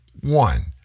one